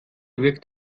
wirkt